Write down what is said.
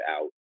out